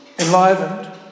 enlivened